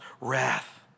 wrath